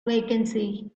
vacancy